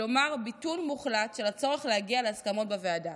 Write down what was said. כלומר ביטול מוחלט של הצורך להגיע להסכמות בוועדה.